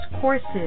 courses